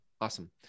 Awesome